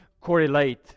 correlate